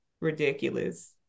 ridiculous